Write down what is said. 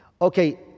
Okay